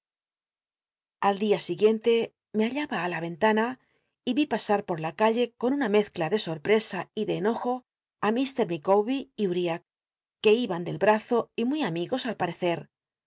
al dia siguiente me bailaba í la cnlana y í pasar por la calle con nná mezcla de sorpresa y de enojo á mr micawber y uriah que iban del braeccr uritth parrcia humilzo y muy amigos al parecer